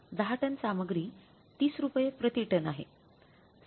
दहा टन सामग्री 30 रुपये प्रति टन आहे